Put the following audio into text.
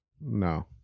No